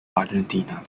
argentina